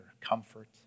comfort